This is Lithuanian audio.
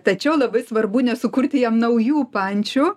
tačiau labai svarbu nesukurti jam naujų pančių